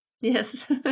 Yes